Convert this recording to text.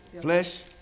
Flesh